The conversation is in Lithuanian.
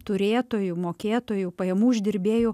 turėtojų mokėtojų pajamų uždirbėjų